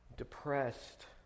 depressed